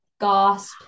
gasp